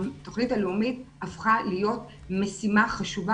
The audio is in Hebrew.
התוכנית הלאומית הפכה להיות משימה חשובה